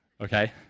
Okay